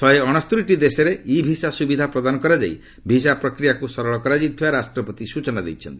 ଶହେ ଅଣସ୍ତରୀଟି ଦେଶରେ ଇ ଭିସା ସୁବିଧା ପ୍ରଦାନ କରାଯାଇ ଭିସା ପ୍ରକ୍ରିୟାକୁ ସରଳ କରାଯାଇଥିବା ରାଷ୍ଟ୍ରପତି ସୂଚନା ଦେଇଛନ୍ତି